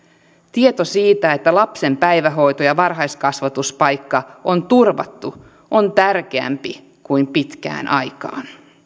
tieto siitä että lapsen päivähoito ja varhaiskasvatuspaikka on turvattu on tärkeämpi kuin pitkään aikaan